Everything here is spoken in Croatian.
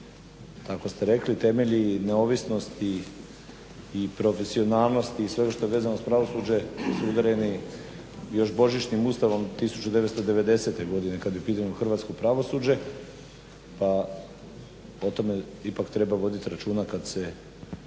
Tako ste rekli. Temelji neovisnosti i profesionalnosti i svega što je vezano uz pravosuđe da su udareni još Božićnim ustavom 1990. godine kad je u pitanju hrvatsko pravosuđe. O tome ipak treba voditi računa kad se